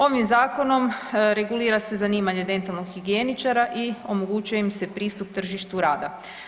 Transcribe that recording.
Ovim zakonom regulira se zanimanje dentalnog higijeničara i omogućuje im se pristup tržištu rada.